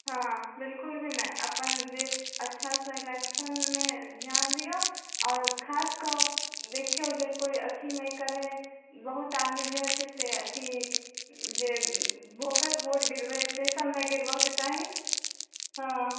हाँ बिलकुल भी नहि अपन जे अच्छा से इलेक्शनमे ध्यान दिऔ आओर खास कऽ देखिऔ जे कोइ अथी नहि करै बहुत आदमी जे होइत छै से अथी जे वोकस वोट गिरबै हय से सभ नहि गिरबऽके चाही हाँ